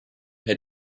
had